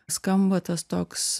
skamba tas toks